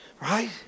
Right